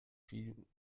vielen